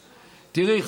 תראי,